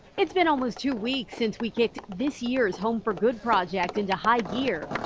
it's been almost two weeks since we get this year's home for good project and to hide year.